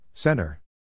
Center